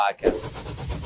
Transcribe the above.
Podcast